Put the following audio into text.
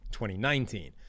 2019